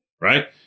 Right